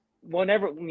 whenever